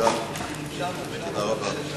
התש"ע 2010, נתקבל.